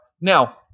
Now